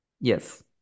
Yes